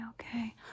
okay